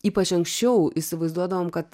ypač anksčiau įsivaizduodavom kad